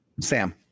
sam